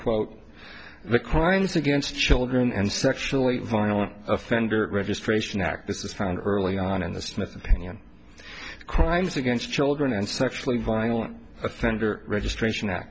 quote the crimes against children and sexually violent offender registration act this is found early on in the smith opinion crimes against children and sexually violent offender registration